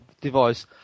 device